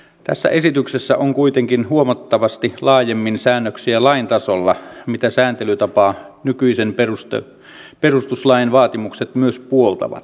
tässä esityksessä on kuitenkin huomattavasti laajemmin säännöksiä lain tasolla mitä sääntelytapaa nykyisen perustuslain vaatimukset myös puoltavat